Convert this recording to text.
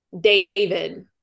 David